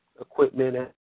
equipment